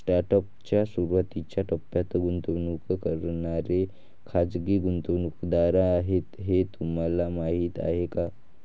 Startup च्या सुरुवातीच्या टप्प्यात गुंतवणूक करणारे खाजगी गुंतवणूकदार आहेत हे तुम्हाला माहीत आहे का?